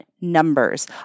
numbers